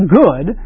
good